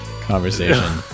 conversation